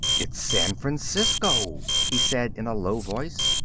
it's san francisco, he said in a low voice.